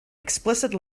explicit